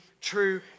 true